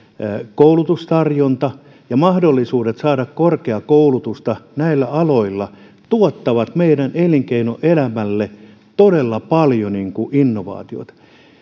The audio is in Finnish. koulutustarjonta ja mahdollisuudet saada korkeaa koulutusta näillä aloilla tuottavat meidän elinkeinoelämälle todella paljon innovaatioita